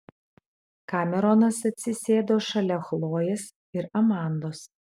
kameronas atsisėdo šalia chlojės ir amandos